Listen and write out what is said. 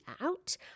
out